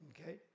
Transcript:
Okay